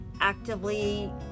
actively